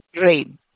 rain